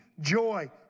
joy